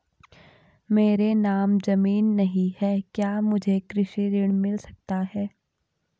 मेरे नाम ज़मीन नहीं है क्या मुझे कृषि ऋण मिल सकता है?